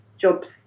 jobs